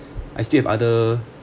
I still have other